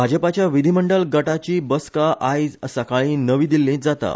भाजपाच्या विधीमंडळ गटाची बसका आयज सकाळी नवी दिल्लींत जाता